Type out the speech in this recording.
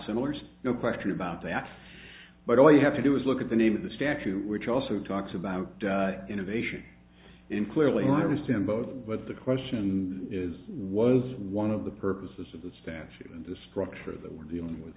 similar just no question about that but all you have to do is look at the name of the statute which also talks about innovation in clearly understand both what the question is was one of the purposes of the statute and the structure that we're dealing with